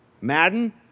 Madden